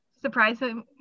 surprising